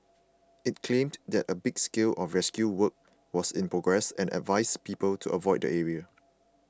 it claimed that a big scale of rescue work was in progress and advised people to avoid the area